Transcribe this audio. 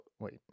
wait